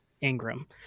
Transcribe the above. Ingram